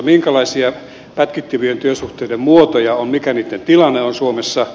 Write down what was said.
minkälaisia pätkittyvien työsuhteiden muotoja on mikä niitten tilanne on suomessa